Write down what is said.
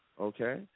okay